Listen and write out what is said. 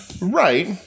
Right